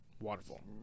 waterfall